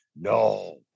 no